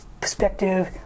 perspective